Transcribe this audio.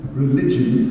religion